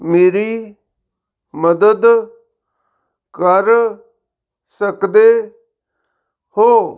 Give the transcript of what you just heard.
ਮੇਰੀ ਮਦਦ ਕਰ ਸਕਦੇ ਹੋ